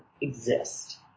exist